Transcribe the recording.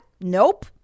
Nope